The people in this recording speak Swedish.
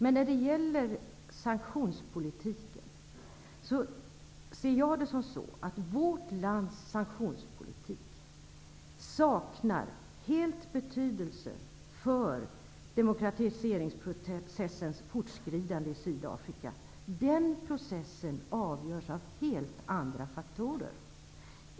Enligt min mening saknar vårt lands sanktionspolitik helt betydelse för demokratiseringsprocessens fortskridande i Sydafrika. Den processen avgörs av helt andra faktorer.